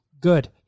good